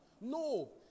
no